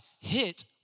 hit